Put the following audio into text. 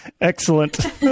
Excellent